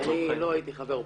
לא הייתי חבר אופוזיציה.